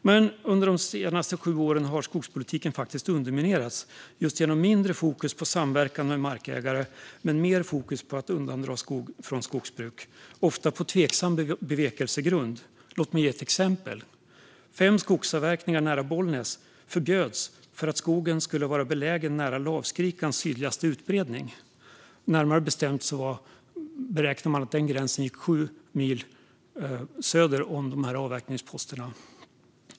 Men under de senaste sju åren har skogspolitiken faktiskt underminerats just genom mindre fokus på samverkan med markägare och mer fokus på att undandra skog från skogsbruk, ofta på tveksam bevekelsegrund. Låt mig ge ett exempel. Fem skogsavverkningar nära Bollnäs förbjöds för att skogen skulle vara belägen nära lavskrikans sydligaste utbredning. Närmare bestämt beräknade man att gränsen gick sju mil söder om avverkningsposterna.